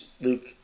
Luke